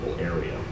area